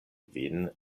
vin